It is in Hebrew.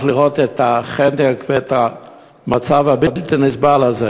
במקום המתויר, ונוכח בחנק ובמצב הבלתי-נסבל הזה.